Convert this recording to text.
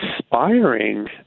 inspiring